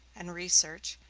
and research,